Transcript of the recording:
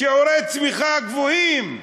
שיעורי צמיחה גבוהים,